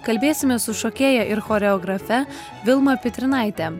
kalbėsime su šokėja ir choreografe vilma pitrinaite